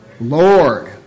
Lord